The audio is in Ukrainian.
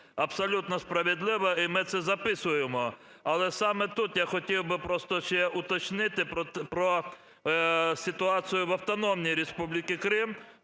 Абсолютно справедливо, і ми це записуємо. Але саме тут я хотів би просто ще уточнити про ситуацію в Автономній Республіці Крим,